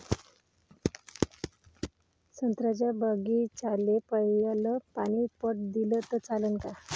संत्र्याच्या बागीचाले पयलं पानी पट दिलं त चालन का?